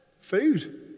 Food